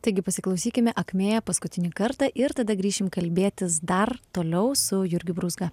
taigi pasiklausykime akmėja paskutinį kartą ir tada grįšim kalbėtis dar toliau su jurgiu brūzga